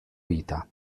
vita